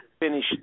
Finish